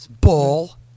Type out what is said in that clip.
Bull